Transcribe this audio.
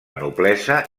noblesa